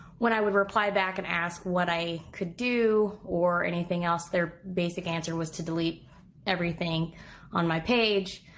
when i would reply back and ask what i could do or anything else, their basic answer was to delete everything on my page.